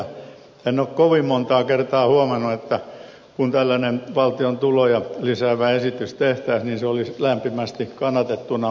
en ole kovin montaa kertaa huomannut että kun tällainen valtion tuloja lisäävä esitys tehtäisiin se olisi lämpimästi kannatettuna menossa läpi